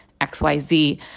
XYZ